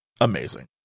amazing